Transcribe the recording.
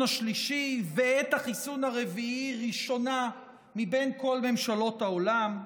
השלישי ואת החיסון הרביעי ראשונה מבין כל ממשלות העולם.